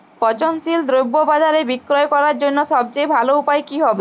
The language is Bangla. পচনশীল দ্রব্য বাজারে বিক্রয় করার জন্য সবচেয়ে ভালো উপায় কি হবে?